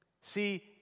See